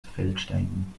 feldsteinen